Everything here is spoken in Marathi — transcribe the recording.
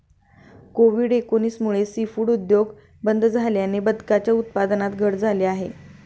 कोविड एकोणीस मुळे सीफूड उद्योग बंद झाल्याने बदकांच्या उत्पादनात घट झाली आहे